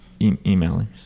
emailers